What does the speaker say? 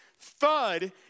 thud